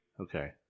Okay